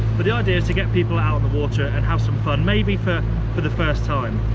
but the idea is to get people out on the water and have some fun maybe for for the first time.